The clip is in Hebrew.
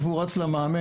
ותיכף הוא רץ למאמן,